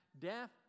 death